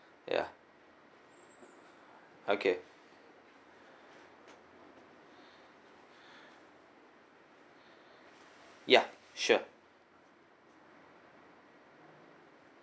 ya okay ya sure